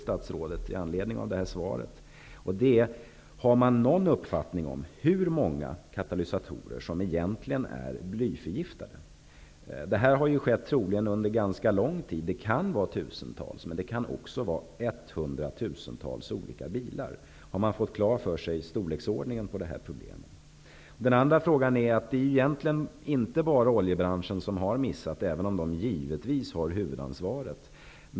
Har man egentligen någon uppfattning om antalet katalysatorer som blivit blyförgiftade? Det här har troligen skett under ganska lång tid, så det kan vara fråga om tusentals bilar. Men det kan också vara fråga om hundratusentals olika bilar. Har man fått klart för sig hur stort det här problemet är? 2. Det är egentligen inte bara oljebranschen som har missat här, även om den givetvis har huvudansvaret.